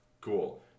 Cool